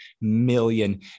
million